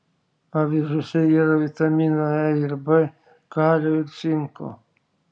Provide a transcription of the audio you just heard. avižose yra vitaminų e ir b kalio ir cinko